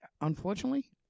unfortunately